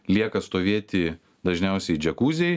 lieka stovėti dažniausiai džiakuziai